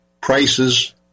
prices